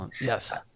Yes